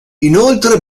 inoltre